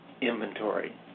inventory